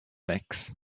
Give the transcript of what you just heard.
mix